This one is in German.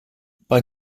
bei